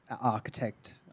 architect